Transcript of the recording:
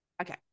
Okay